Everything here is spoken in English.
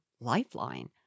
lifeline